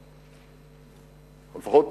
או לפחות